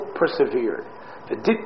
persevered